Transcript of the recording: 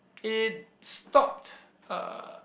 it stopped uh